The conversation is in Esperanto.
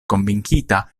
konvinkita